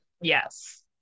Yes